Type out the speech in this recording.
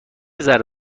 ذره